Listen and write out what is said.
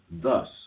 thus